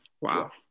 wow